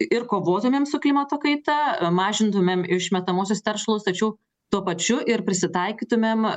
ir kovotumėm su klimato kaita mažintumėm išmetamuosius teršalus tačiau tuo pačiu ir prisitaikytumėm